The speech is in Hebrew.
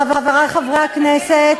חברי חברי הכנסת,